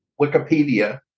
Wikipedia